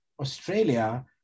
Australia